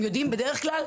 בדרך כלל,